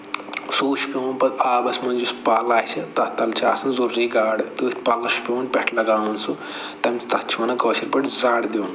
سُے چھُ پٮ۪وان پَتہٕ آبَس منٛز یُس پَل آسہِ تَتھ تَل چھِ آسان ضروٗری گاڈٕ تٔتھۍ پَلس چھُ پٮ۪وان پٮ۪ٹھٕ لَگاوُن سُہ تَمہِ سٍتۍ تَتھ چھِ وَنان کٲشِرۍ پٲٹھۍ زڈ دیُن